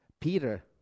Peter